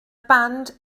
band